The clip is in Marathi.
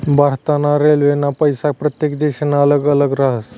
भारत ना रेल्वेना पैसा प्रत्येक देशना अल्लग अल्लग राहस